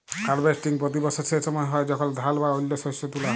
harvesting পতি বসর সে সময় হ্যয় যখল ধাল বা অল্য শস্য তুলা হ্যয়